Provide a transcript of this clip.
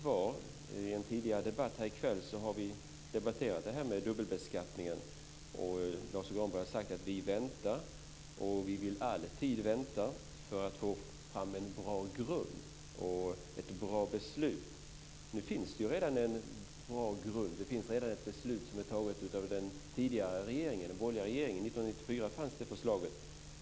I en tidigare debatt här i kväll har vi debatterat dubbelbeskattningen. Lars U Granberg har sagt: Vi väntar, och vi vill alltid vänta, för att få fram en bra grund och ett bra beslut. Nu finns det redan en bra grund. Det finns redan ett beslut som är fattat av den tidigare borgerliga regeringen. Det förslaget fanns redan år 1994.